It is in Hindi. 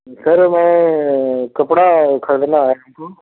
सर मैं कपड़ा खरीदना